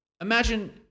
imagine